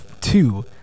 Two